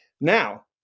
Now